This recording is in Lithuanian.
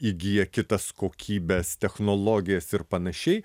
įgyja kitas kokybes technologijas ir panašiai